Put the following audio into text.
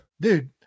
dude